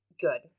good